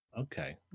Okay